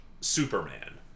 superman